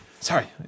Sorry